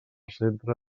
centre